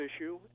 issue